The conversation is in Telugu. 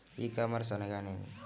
ఈ కామర్స్ అనగానేమి?